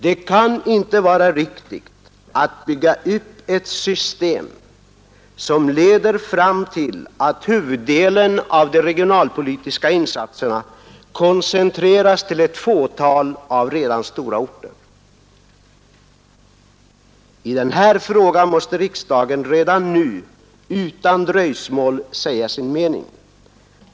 Det kan inte vara riktigt att bygga upp ett system som leder fram till att huvuddelen av de regionalpolitiska insatserna koncentreras till ett fåtal redan stora orter. I den här frågan måste riksdagen redan nu, utan dröjsmål, säga sin mening.